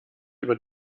über